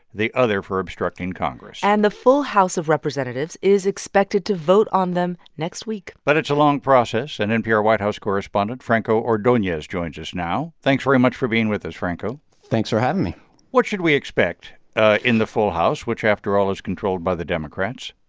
the other for obstructing congress and the full house of representatives is expected to vote on them next week but it's a long process. and npr white house correspondent franco ordonez joins us now. thanks very much for being with us, franco thanks for having me what should we expect ah in the full house, which, after all, is controlled by the democrats?